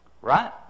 Right